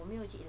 我没有去